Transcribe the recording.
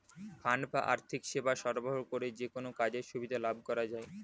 fund বা আর্থিক সেবা সরবরাহ করে যেকোনো কাজের সুবিধা লাভ করা যায়